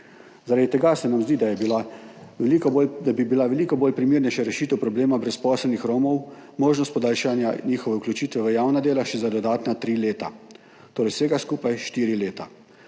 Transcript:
Zaradi tega se nam zdi, da bi bila veliko bolj primerna rešitev problema brezposelnih Romov možnost podaljšanja njihove vključitve v javna dela še za dodatna tri leta, torej vsega skupaj štiri leta.